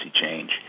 change